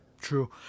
True